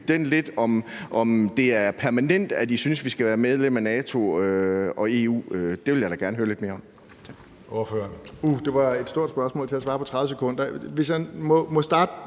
om det er permanent, at I synes, at vi skal være medlem af NATO og EU? Det vil jeg gerne høre lidt mere om.